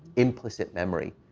implicit memory.